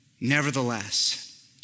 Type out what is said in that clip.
Nevertheless